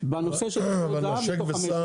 בנושא של משמרות זה"ב מתוך 5,000. ב'נשק וסע'